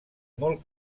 molt